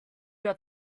your